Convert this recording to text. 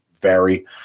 vary